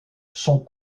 sont